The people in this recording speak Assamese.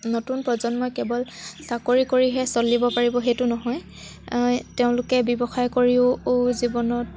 নতুন প্ৰজন্মই কেৱল চাকৰি কৰিহে চলিব পাৰিব সেইটো নহয় তেওঁলোকে ব্যৱসায় কৰিও জীৱনত